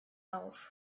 auf